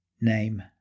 name